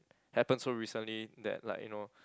happen so recently that like you know